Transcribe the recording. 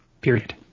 period